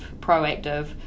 proactive